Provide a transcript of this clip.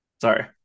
Sorry